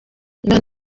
imana